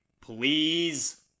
please